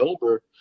over